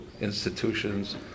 institutions